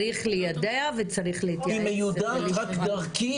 היא מיודעת רק דרכי,